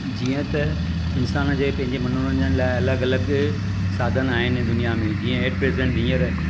जीअं त इन्सानु जे पंहिंजे मनोरंजनु लाइ अलॻि अलॻि साधनि आहिनि दुनिया में जीअं ऐट प्रजेंट हीअंर